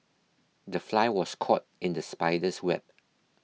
the fly was caught in the spider's web